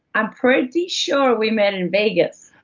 i'm pretty sure we met in vegas